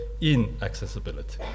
inaccessibility